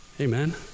Amen